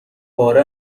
پاره